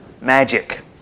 magic